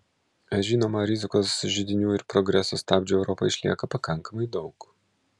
žinoma rizikos židinių ir progreso stabdžių europoje išlieka pakankamai daug